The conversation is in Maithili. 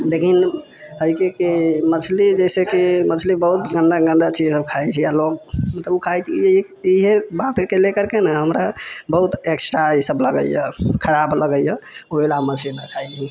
लेकिन हइ कि कि मछली जैसेकि मछली बहुत गन्दा गन्दा चीज आओर खाइ छै मतलब खाइ छै इएह बाते लेकरके ने हमरा बहुत एक्स्ट्रा ईसभ लागैए खराब लगैए ओहिलेल हम मछली नहि खाइ छी